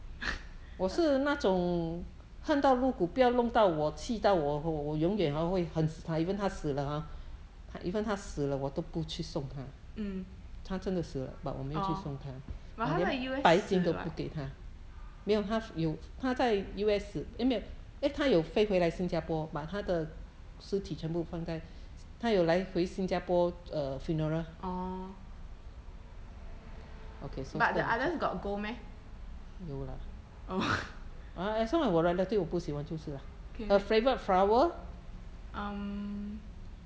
mm orh but 她在 U_S 死 [what] orh but the others got go meh oh okay um